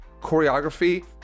choreography